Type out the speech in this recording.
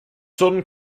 son